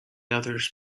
others